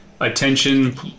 attention